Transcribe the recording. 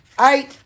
eight